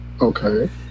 okay